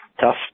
tough